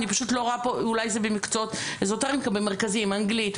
אולי זה במקצועות אזוטריים מרכזיים - אנגלית,